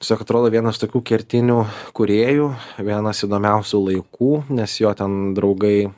tiesiog atrodo vienas tokių kertinių kūrėjų vienas įdomiausių laikų nes jo ten draugai